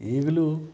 ಈಗಲೂ